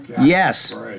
Yes